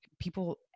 people